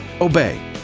Obey